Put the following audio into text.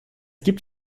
gibt